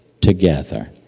together